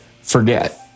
forget